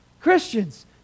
Christians